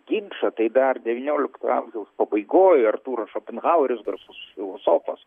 ginčą tai dar devynioliktojo amžiaus pabaigoj artūras šopenhaueris garsus filosofas